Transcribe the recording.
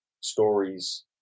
stories